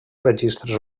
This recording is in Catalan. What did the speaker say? registres